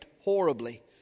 horribly